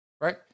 right